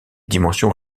dimensions